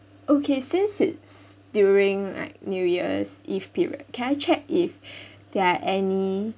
okay since it's during like new year's eve period can I check if there are any